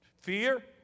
Fear